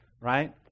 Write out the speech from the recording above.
right